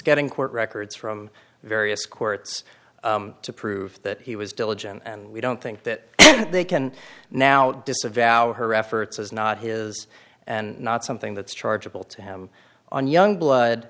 getting court records from various courts to prove that he was diligent and we don't think that they can now disavow her efforts is not his and not something that's chargeable to him on youngblood